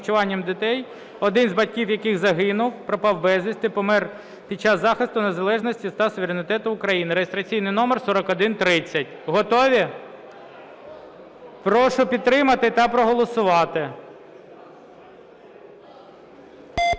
Прошу підтримати та проголосувати.